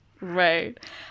Right